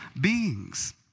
beings